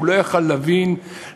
הוא לא היה יכול להבין למה,